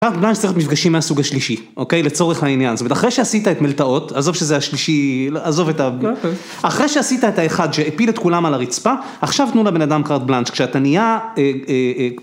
קארט בלאנש צריך מפגשים מהסוג השלישי, אוקיי? לצורך העניין, זאת אומרת, אחרי שעשית את מלתעות, עזוב שזה השלישי, עזוב את ה... אחרי שעשית את האחד שהפיל את כולם על הרצפה, עכשיו תנו לבן אדם קארט בלאנש, כשאתה נהיה...